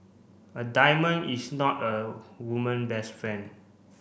a diamond is not a woman best friend